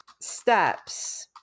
steps